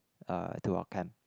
uh to our camp